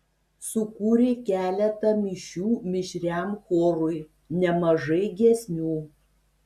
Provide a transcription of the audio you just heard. sukūrė keletą mišių mišriam chorui nemažai giesmių